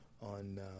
on